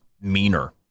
meaner